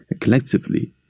collectively